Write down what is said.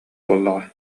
буоллаҕа